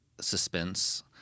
suspense